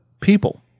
people